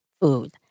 food